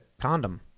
condom